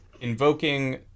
invoking